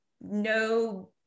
No